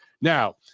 Now